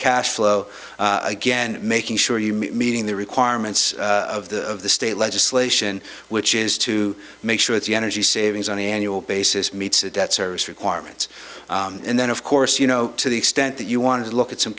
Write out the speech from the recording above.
cash flow again making sure you're meeting the requirements of the of the state legislation which is to make sure that the energy savings on the annual basis meets the debt service requirements and then of course you know to the extent that you want to look at some